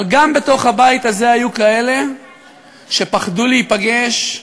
אבל גם בתוך הבית הזה היו כאלה שפחדו להיפגש,